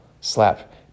Slap